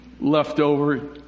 leftover